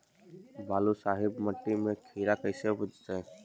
बालुसाहि मट्टी में खिरा कैसे उपजतै?